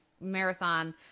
marathon